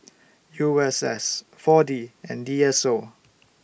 U S S four D and D S O